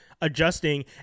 adjusting